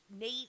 Nate